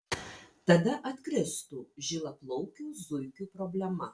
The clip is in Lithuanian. tada atkristų žilaplaukių zuikių problema